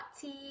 tea